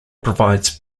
provides